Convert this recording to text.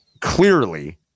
clearly